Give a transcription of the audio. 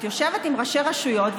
את יושבת עם ראשי רשויות,